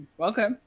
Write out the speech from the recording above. okay